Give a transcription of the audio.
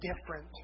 different